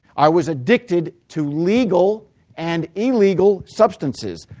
i was addicted to legal and illegal substances,